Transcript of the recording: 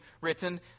written